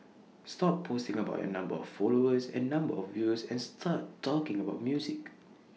stop posting about your number of followers and number of views and start talking about music